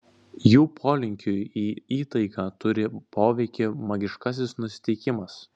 jų polinkiui į įtaigą turi poveikį magiškasis nusiteikimas